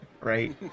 Right